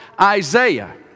Isaiah